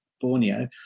Borneo